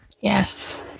Yes